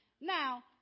Now